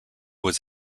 was